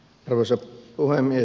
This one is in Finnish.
arvoisa puhemies